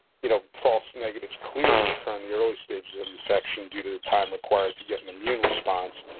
you know, false negatives clearly occur in the early stages of infection due to the time required to get an immune response.